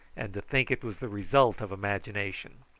and to think it was the result of imagination.